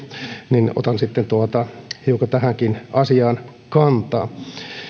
niin otan sitten hiukan tähänkin asiaan kantaa